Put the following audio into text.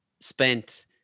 spent